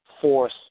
force